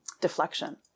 deflection